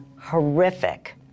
horrific